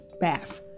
bath